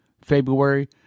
February